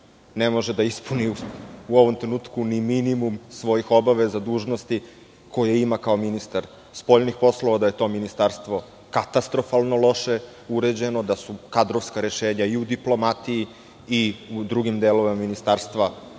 ne može da ispuni u ovom trenutku ni minimum svojih obaveza, dužnosti koje ima kao ministar spoljnih poslova, da je to ministarstvo katastrofalno loše uređeno, da su kadrovska rešenja i u diplomatiji i u drugim delovima Ministarstva frapantno